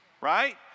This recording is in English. Right